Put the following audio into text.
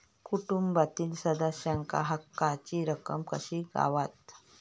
कुटुंबातील सदस्यांका हक्काची रक्कम कशी गावात?